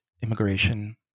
immigration